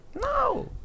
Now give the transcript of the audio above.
No